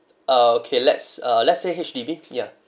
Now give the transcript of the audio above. uh okay let's uh let's say H_D_B ya